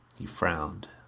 he frowned.